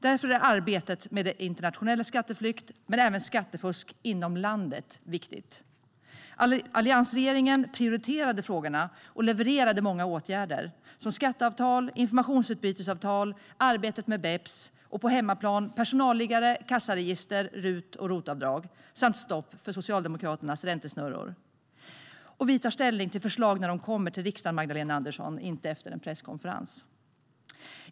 Därför är arbetet mot internationell skatteflykt men även skattefusk inom landet viktigt. Alliansregeringen prioriterade frågorna och levererade många åtgärder, såsom skatteavtal, informationsutbytesavtal, arbetet med BEPS och på hemmaplan personalliggare, kassaregister, RUT och ROT-avdrag samt stopp för Socialdemokraternas räntesnurror. Vi tar ställning till förslag när de kommer till riksdagen, Magdalena Andersson, inte efter en presskonferens.